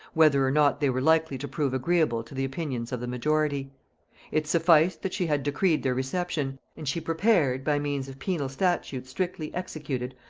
whether or not they were likely to prove agreeable to the opinions of the majority it sufficed that she had decreed their reception, and she prepared, by means of penal statutes strictly executed,